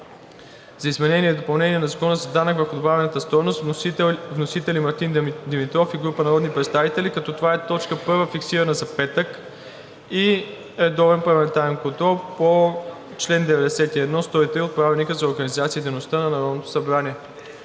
за изменение и допълнение на Закона за данък върху добавената стойност. Вносители: Мартин Димитров и група народни представители, като това е т. 1, фиксирана за петък. 15. Парламентарен контрол по чл. 91 – 103 от Правилника за организацията и дейността на Народното събрание.